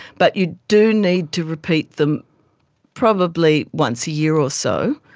but you do need to repeat them probably once a year or so.